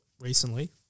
recently